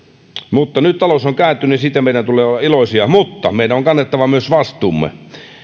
mutta nyt talous on kääntynyt ja siitä meidän tulee olla iloisia mutta meidän on kannettava myös vastuumme